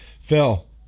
Phil